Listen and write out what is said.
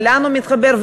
ולאן הוא מתחבר,